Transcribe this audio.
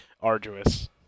arduous